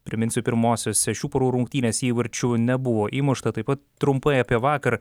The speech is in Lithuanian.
priminsiu pirmosiose šių porų rungtynės įvarčių nebuvo įmušta taip pat trumpai apie vakar